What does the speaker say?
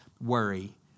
worry